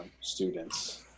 students